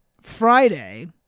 Friday